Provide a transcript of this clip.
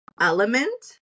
element